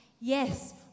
yes